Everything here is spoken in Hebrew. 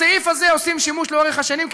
בסעיף הזה עושים שימוש לאורך השנים,